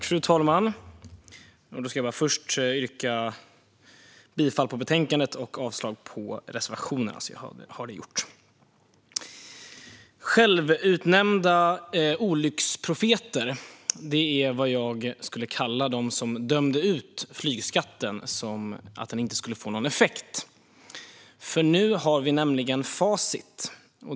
Fru talman! Jag yrkar först bifall till utskottets förslag i betänkandet och avslag på reservationerna så att jag har det gjort. Självutnämnda olycksprofeter, det är vad jag skulle kalla dem som dömde ut flygskatten och sa att den inte skulle få någon effekt. Nu har vi nämligen facit.